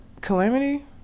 calamity